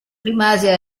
rimase